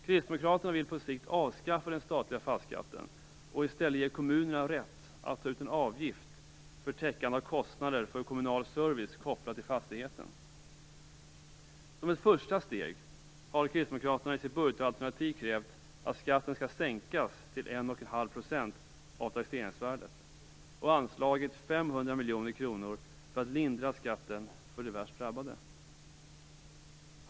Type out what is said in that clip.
Kristdemokraterna vill på sikt avskaffa den statliga fastighetsskatten och i stället ge kommunerna rätt att ta ut en avgift för täckande av kostnader för kommunal service kopplad till fastigheten. Som ett första steg har Kristdemokraterna i sitt budgetalternativ krävt att skatten skall sänkas till 1 1⁄2 % av taxeringsvärdet och anslagit 500 miljoner kronor för att lindra skatten för de värst drabbade.